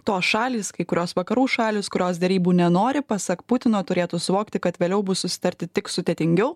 tos šalys kai kurios vakarų šalys kurios derybų nenori pasak putino turėtų suvokti kad vėliau bus susitarti tik sudėtingiau